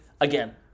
again